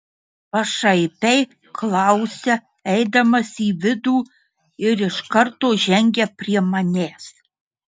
pašaipiai klausia eidamas į vidų ir iš karto žengia prie manęs